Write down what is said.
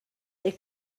they